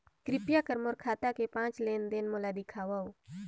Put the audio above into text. कृपया कर मोर खाता के पांच लेन देन मोला दिखावव